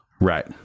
Right